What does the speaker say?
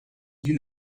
you